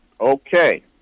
Okay